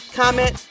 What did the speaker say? comment